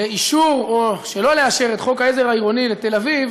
לאשר או שלא לאשר את חוק העזר העירוני לתל-אביב